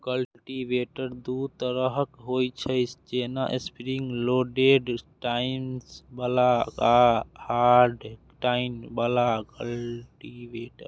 cultivator दू तरहक होइ छै, जेना स्प्रिंग लोडेड टाइन्स बला आ हार्ड टाइन बला कल्टीवेटर